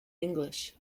english